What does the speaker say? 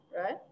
right